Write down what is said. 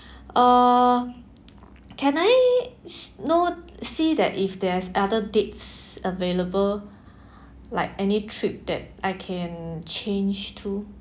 uh can I know see that if there's other dates available like any trip that I can change to